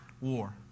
war